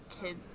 kid